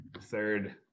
third